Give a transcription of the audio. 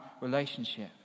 relationship